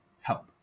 help